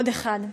עוד אחד,